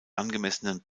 angemessenen